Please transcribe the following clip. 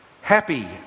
happy